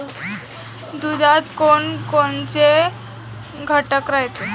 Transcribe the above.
दुधात कोनकोनचे घटक रायते?